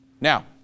Now